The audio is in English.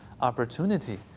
opportunity